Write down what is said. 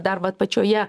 dar vat pačioje